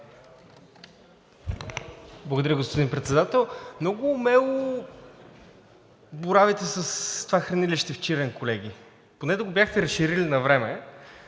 Благодаря, господин Председател. Много умело боравите с това хранилище в Чирен, колеги. Поне да го бяхте разширили навреме,